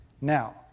Now